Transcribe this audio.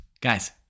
Guys